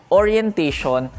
orientation